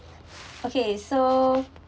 okay so